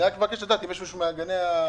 ואני מבקש לדעת אם יש מישהו מגני המוכש"ר.